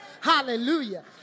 hallelujah